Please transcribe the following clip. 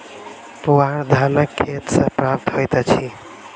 पुआर धानक खेत सॅ प्राप्त होइत अछि